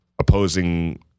opposing